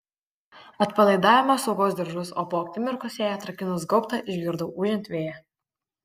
atpalaidavome saugos diržus o po akimirkos jai atrakinus gaubtą išgirdau ūžiant vėją